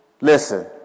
Listen